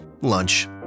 Lunch